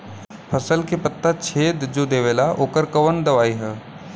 फसल के पत्ता छेद जो देवेला ओकर कवन दवाई ह?